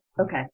okay